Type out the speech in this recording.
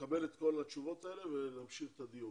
נקבל את כל התשובות האלה ונמשיך את הדיון,